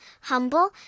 humble